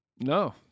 No